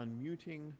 unmuting